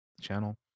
channel